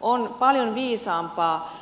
on paljon viisaampaa